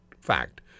fact